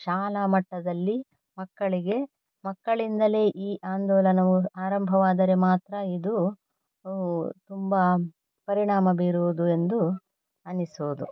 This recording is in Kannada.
ಶಾಲಾ ಮಟ್ಟದಲ್ಲಿ ಮಕ್ಕಳಿಗೆ ಮಕ್ಕಳಿಂದಲೇ ಈ ಆಂದೋಲನವು ಆರಂಭವಾದರೆ ಮಾತ್ರ ಇದು ತುಂಬ ಪರಿಣಾಮ ಬೀರುವುದು ಎಂದು ಅನಿಸುವುದು